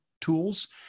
tools